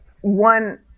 one